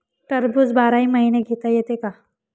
टरबूज बाराही महिने घेता येते का?